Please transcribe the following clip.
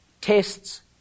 tests